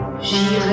j'irai